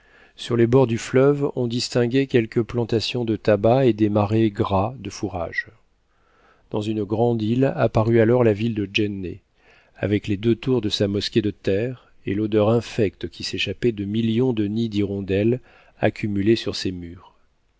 sur les bords du fleuve on distinguait quelques plantations de tabac et des marais gras de fourrages dans une grande île apparut alors la ville de jenné avec les deux tours de sa mosquée de terre et l'odeur infecte qui s'échappait de millions de nids d'hirondelles accumulés sur ses murs